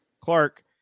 Clark